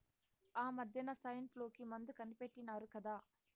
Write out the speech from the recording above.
ఆమద్దెన సైన్ఫ్లూ కి మందు కనిపెట్టినారు కదా